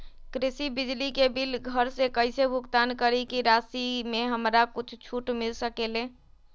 कृषि बिजली के बिल घर से कईसे भुगतान करी की राशि मे हमरा कुछ छूट मिल सकेले?